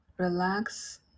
Relax